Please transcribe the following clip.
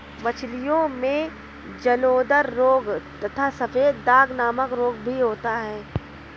मछलियों में जलोदर रोग तथा सफेद दाग नामक रोग भी होता है